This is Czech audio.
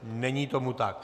Není tomu tak.